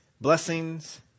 Blessings